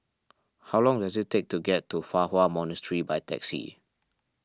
how long does it take to get to Fa Hua Monastery by taxi